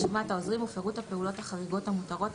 להלן רשימת העוזרים ופירוט הפעולות החריגות המותרות,